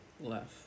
left